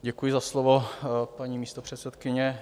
Děkuji za slovo, paní místopředsedkyně.